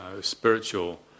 spiritual